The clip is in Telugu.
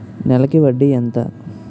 నెలకి వడ్డీ ఎంత?